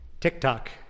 TikTok